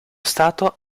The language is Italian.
stato